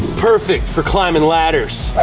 perfect for climbing ladders.